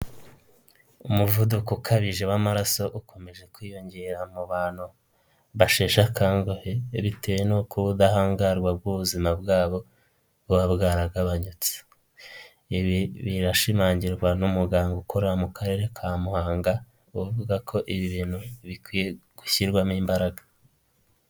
Umuvuduko ukabije w'amaraso ukomeje kwiyongera mu bantu basheshekanguhe, bitewe n'uko ubudahangarwa bw'ubuzima bwabo, buba bwaragabanyutse, ibi birashimangirwa n'umuganga ukora mu karere ka Muhanga, avuga ko ibi bintu bikwiye gushyirwamo imbaraga.